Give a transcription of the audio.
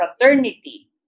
fraternity